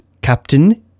Captain